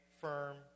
firm